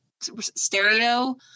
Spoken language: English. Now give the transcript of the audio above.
stereo